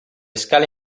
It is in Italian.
scale